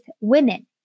women